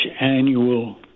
annual